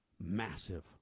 massive